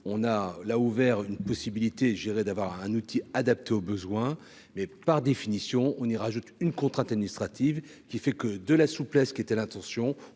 l'a ouvert une possibilité, je dirais, d'avoir un outil adapté aux besoins mais par définition, on ira rajoute une contrainte administrative qui fait que de la souplesse qui était l'intention